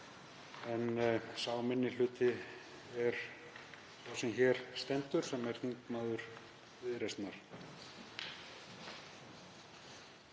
Sá minni hluti er sá sem hér stendur, sem er þingmaður Viðreisnar.